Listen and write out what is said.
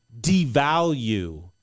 devalue